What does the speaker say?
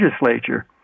legislature